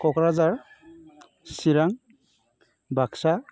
Kokrajhar Chirang Baksa